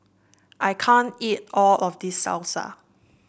I can't eat all of this Salsa